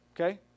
Okay